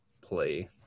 play